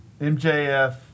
MJF